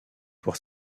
pour